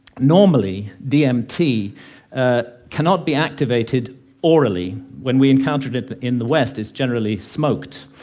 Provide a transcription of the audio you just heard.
normally dmt ah cannot be activated orally when we encounter it it in the west it's generally smoked.